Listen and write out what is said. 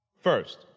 First